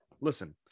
listen